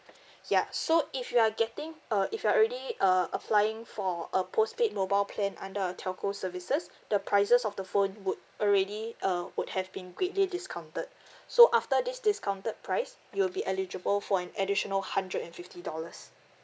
ya so if you are getting uh if you are already uh applying for a postpaid mobile plan under our telco services the prices of the phone would already uh would have been greatly discounted so after this discounted price you will be eligible for an additional hundred and fifty dollars